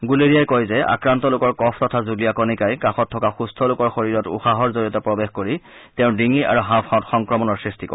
গুলেৰিয়াই কয় যে আক্ৰান্ত লোকৰ কফ তথা জুলীয়া কণিকাই কাষত থকা সুস্থলোকৰ শৰীৰত উশাহৰ জৰিয়তে প্ৰৱেশ কৰি তেওঁৰ ডিঙি আৰু হাওঁফাওঁত সংক্ৰমণৰ সৃষ্টি কৰে